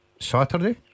Saturday